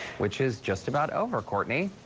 which is just about over, courtney.